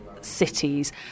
cities